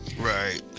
right